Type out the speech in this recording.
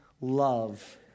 love